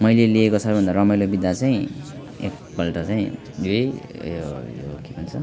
मैले लिएको सबैभन्दा रमाइलो बिदा चाहिँ एकपल्ट चाहिँ यही यो यो के भन्छ